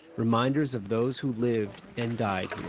reminders of those who lived and died